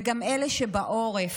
וגם אלה שבעורף,